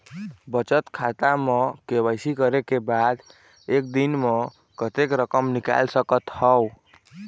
बचत खाता म के.वाई.सी करे के बाद म एक दिन म कतेक रकम निकाल सकत हव?